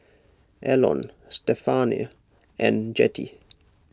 Elon Stephania and Jettie